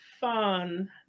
Fun